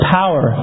power